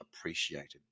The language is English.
appreciated